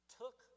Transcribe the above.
took